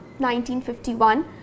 1951